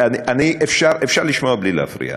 אפשר לשמוע בלי להפריע.